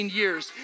years